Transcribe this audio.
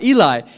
Eli